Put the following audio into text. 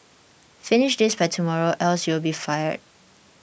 finish this by tomorrow else you'll be fired